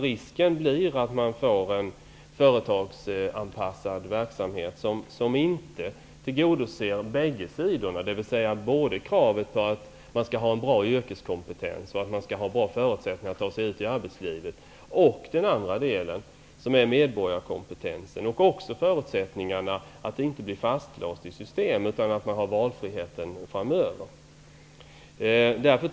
Risken blir att man får en företagsanpassad verksamhet, som inte tillgodoser bägge sidor, dvs. både kravet på bra yrkeskompetens och förutsättningar att ta sig ut i arbetslivet och kravet på medborgarkompetens. Det gäller också att man inte blir fastlåst i systemet och att man har valfrihet framöver.